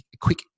quick